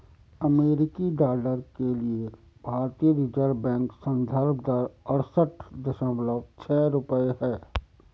अमेरिकी डॉलर के लिए भारतीय रिज़र्व बैंक संदर्भ दर अड़सठ दशमलव छह रुपये है